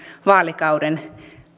vaalikauden